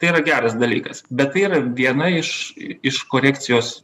tai yra geras dalykas bet tai yra viena iš iš korekcijos